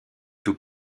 tout